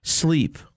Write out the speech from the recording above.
Sleep